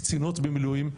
קצינות במילואים,